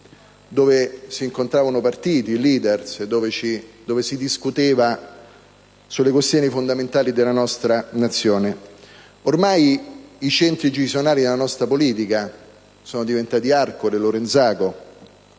dove si incontravano partiti e *leader* per discutere delle questioni fondamentali della nostra Nazione. Oramai i centri decisionali della nostra politica sono diventati Arcore e Lorenzago,